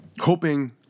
hoping